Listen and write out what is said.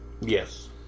Yes